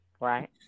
right